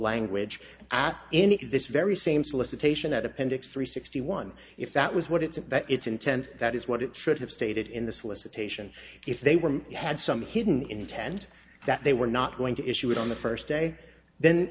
language at any of this very same solicitation at appendix three sixty one if that was what it's about its intent that is what it should have stated in the solicitation if they were had some hidden intend that they were not going to issue it on the first day then